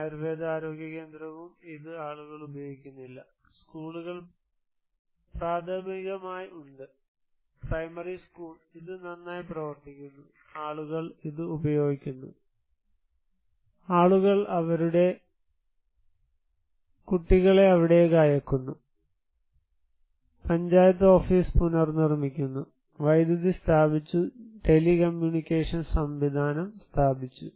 ആയുർവേദ ആരോഗ്യ കേന്ദ്രവും ഇത് ആളുകൾ ഉപയോഗിക്കുന്നില്ല സ്കൂളുകൾ പ്രാഥമികമായി ഉണ്ട് പ്രൈമറി സ്കൂൾ ഇത് നന്നായി പ്രവർത്തിക്കുന്നു ആളുകൾ ഇത് ഉപയോഗിക്കുന്നു ആളുകൾ അവരുടെ കുട്ടികളെ അവിടേക്ക് അയയ്ക്കുന്നു പഞ്ചായത്ത് ഓഫീസ് പുനർനിർമിക്കുന്നു വൈദ്യുതി സ്ഥാപിച്ചു ടെലികമ്മ്യൂണിക്കേഷൻ സംവിധാനം സ്ഥാപിച്ചു